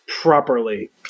properly